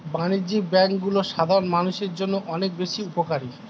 বাণিজ্যিক ব্যাংকগুলো সাধারণ মানুষের জন্য অনেক বেশি উপকারী